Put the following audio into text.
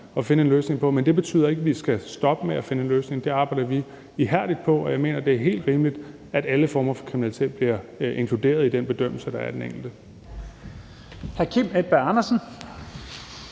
at finde en løsning på. Mend et betyder ikke, at vi skal stoppe med at prøve at finde en løsning, det arbejder vi ihærdigt på. Og jeg mener, det er helt rimeligt, at alle former for kriminalitet bliver inkluderet i den bedømmelse, der er af den enkelte.